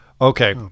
Okay